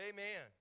Amen